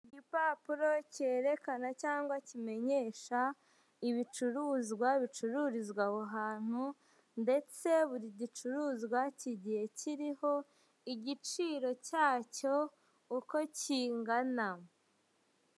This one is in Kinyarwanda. Igipapuro cyerekana cyangwa kimenyesha ibicuruzwa bicururizwa aho hantu, ndetse buri gicuruzwa kigiye kiriho igiciro cyacyo uko kingana.